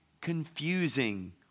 confusing